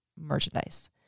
merchandise